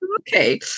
okay